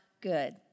good